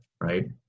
right